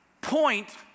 point